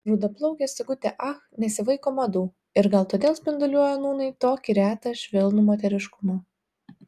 rudaplaukė sigutė ach nesivaiko madų ir gal todėl spinduliuoja nūnai tokį retą švelnų moteriškumą